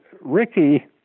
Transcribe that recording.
Ricky